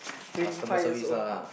twenty five years old